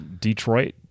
Detroit